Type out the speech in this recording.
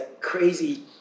crazy